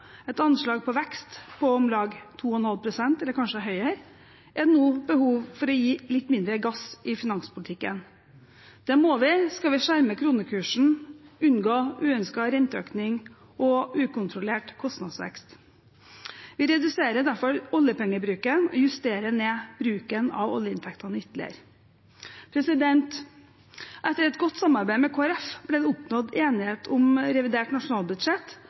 et anslag for vekst på om lag 2,5 pst. eller kanskje høyere er det nå behov for å gi litt mindre gass i finanspolitikken. Det må vi, skal vi skjerme kronekursen og unngå uønsket renteøkning og ukontrollert kostnadsvekst. Vi reduserer derfor oljepengebruken og justerer ned bruken av oljeinntektene ytterligere. Etter et godt samarbeid med Kristelig Folkeparti ble det oppnådd enighet om revidert nasjonalbudsjett,